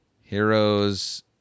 Heroes